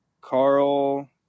Carl